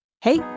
Hey